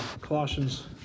Colossians